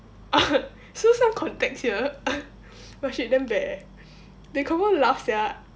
so some context here oh shit damn bad eh they confirm laugh sia